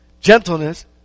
gentleness